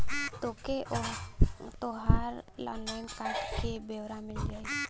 तोके तोहर online card क ब्योरा मिल जाई